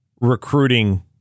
recruiting